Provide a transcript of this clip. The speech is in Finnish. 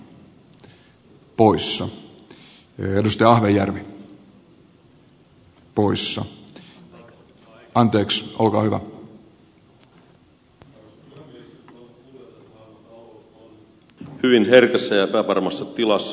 olemme kuulleet että maailmantalous on hyvin herkässä ja epävarmassa tilassa